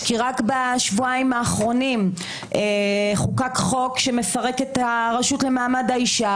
כי רק בשבועיים האחרונים חוקק חוק שמפרק את הרשות למעמד האישה,